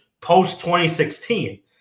post-2016